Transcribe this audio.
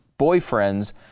boyfriends